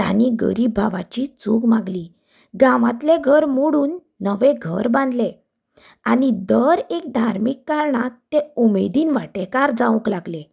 तांणी गरीब भावाची चूक मागली गांवांतलें घर मोडून नवें घर बांदलें आनी दर एक धार्मीक कारणाक ते उमेदीन वांटेकार जावंक लागले